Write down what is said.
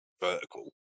vertical